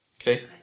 okay